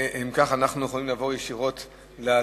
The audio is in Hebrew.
אם כך, אנחנו יכולים לעבור ישירות להצבעה.